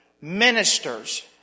ministers